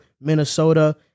Minnesota